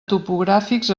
topogràfics